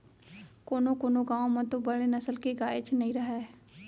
कोनों कोनों गॉँव म तो बड़े नसल के गायेच नइ रहय